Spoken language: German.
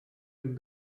den